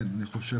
כן, אני חושב שכן.